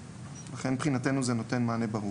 לכן מבחינתנו זה נותן מענה ברור.